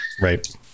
right